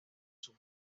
sus